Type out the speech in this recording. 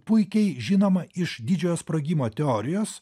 puikiai žinoma iš didžiojo sprogimo teorijos